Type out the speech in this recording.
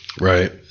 Right